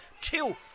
two